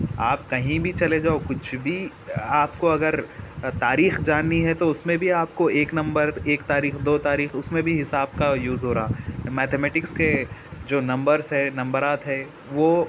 آپ کہیں بھی چلے جاؤ کچھ بھی آپ کو اگر تاریخ جاننی ہے تو اس میں بھی آپ کو ایک نمبر ایک تاریخ دو تاریخ اس میں بھی حساب کا یوز ہو رہا میتھمیٹکس کے جو نمبرز ہے نمبرات ہے وہ